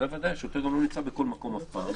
ובוודאי שוטר לא נמצא בכל מקום אף פעם,